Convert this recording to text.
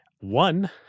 One